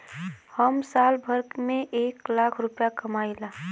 हम साल भर में एक लाख रूपया कमाई ला